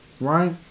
right